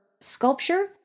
sculpture